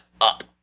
up